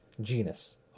genus